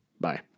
Bye